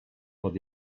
pod